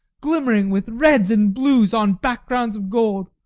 glimmering with reds and blues on backgrounds of gold,